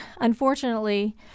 unfortunately